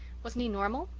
wasn't he normal?